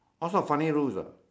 all sort of funny rules ah